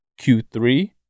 Q3